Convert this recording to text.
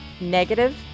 negative